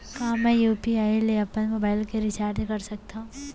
का मैं यू.पी.आई ले अपन मोबाइल के रिचार्ज कर सकथव?